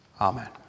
amen